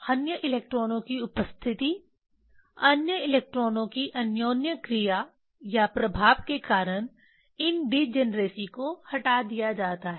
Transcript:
अन्य इलेक्ट्रॉनों की उपस्थिति अन्य इलेक्ट्रॉनों की अन्योन्य क्रिया या प्रभाव के कारण इन डिजनरेसी को हटा दिया जाता है